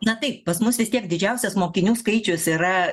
na taip pas mus vis tiek didžiausias mokinių skaičius yra